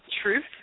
truth